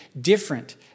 different